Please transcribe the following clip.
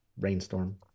rainstorm